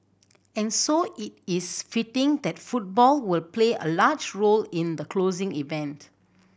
and so it is fitting that football will play a large role in the closing event